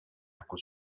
acqua